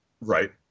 right